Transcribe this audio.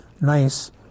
nice